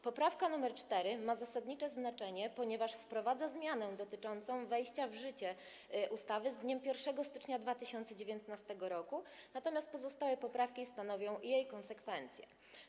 Poprawka nr 4 ma zasadnicze znaczenie, ponieważ wprowadza zmianę dotyczącą wejścia w życie ustawy z dniem 1 stycznia 2019 r., natomiast pozostałe poprawki stanowią jej konsekwencję.